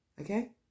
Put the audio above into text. okay